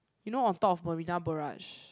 you know on top of Marina Barrage